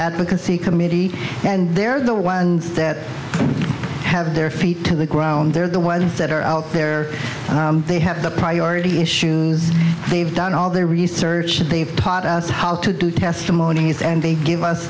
advocacy committee and they're the ones that have their feet to the ground they're the ones that are out there they have the priority issues they've done all their research and they've taught us how to do testimonies and they give us